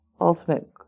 ultimate